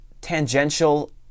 tangential